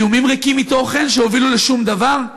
איומים ריקים מתוכן שהובילו לשום דבר,